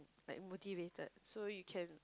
like motivated so you can